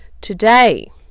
today